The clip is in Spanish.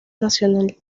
nacional